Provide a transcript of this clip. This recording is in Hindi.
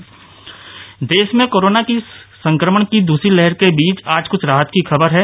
कोरोना संक्रमण देश में कोरोना संक्रमण की द्रसरी लहर के बीच आज कुछ राहत की खबर है